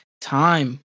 time